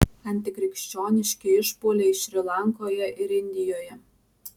antikrikščioniški išpuoliai šri lankoje ir indijoje